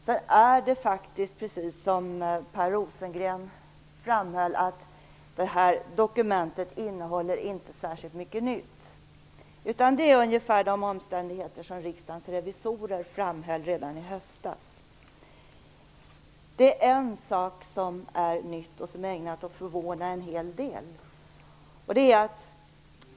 Det är faktiskt så, som Per Rosengren framhöll, att detta dokument inte innehåller särskilt mycket nytt. Där redovisas ungefär det som Riksdagens revisorer framhöll redan i höstas. En sak är dock ny och ägnad att förvåna en hel del.